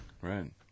right